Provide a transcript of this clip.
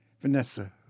Vanessa